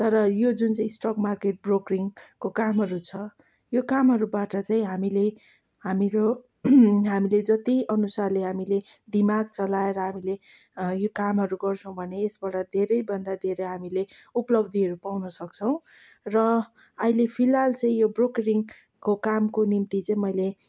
तर यो जुन चाहिँ स्ट्रक मार्केट ब्रोकरिङको कामहरू छ यो कामहरूबाट चाहिँ हामीले हाम्रो हामीले जति अनुसारले हामीले दिमाग चलाएर हामीले यो कामहरू गर्छौँ भने यसबाट धेरैभन्दा धेरै हामीले उपलब्धिहरू पाउन सक्छौँ र अहिले फिलहाल चाहिँ यो ब्रोकरिङको कामको निम्ति चाहिँ मैले